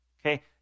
Okay